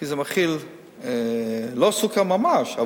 זה אומנם לא מכיל סוכר ממש,